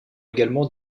également